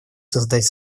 создать